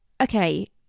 okay